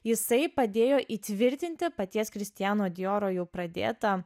jisai padėjo įtvirtinti paties kristiano dioro jau pradėtą